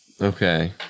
Okay